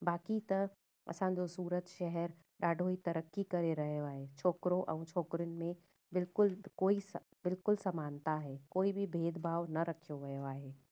बाक़ी त असांजो सूरत शहर ॾाढो ई तरक़ी करे रहियो आहे छोकिरो ऐं छोकिरियुनि में बिल्कुलु कोई स बिल्कुलु समानता आहे कोई बि भेदभाव न रखियो वियो आहे